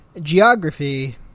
geography